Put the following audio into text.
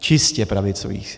Čistě pravicových!